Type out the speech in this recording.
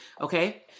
okay